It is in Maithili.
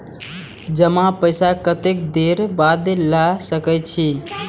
जमा पैसा कतेक देर बाद ला सके छी?